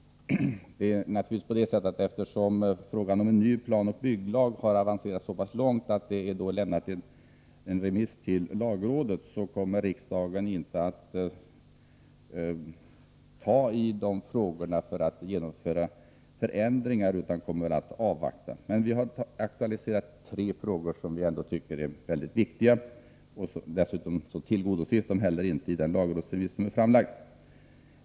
Eftersom frågan om en ny planoch bygglag har avancerat så långt att förslaget har gått på remiss till lagrådet, kommer riksdagen inte att genomföra några förändringar utan avvakta remissförfarandet. Vi har dock aktualiserat tre frågor som vi tycker är viktiga — dessutom tillgodoses de inte i lagrådsremissen.